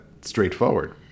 straightforward